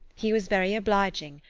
he was very obliging,